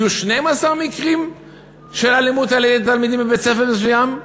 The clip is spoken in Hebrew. יהיו 12 מקרים של אלימות על-ידי תלמידים מבית-ספר מסוים?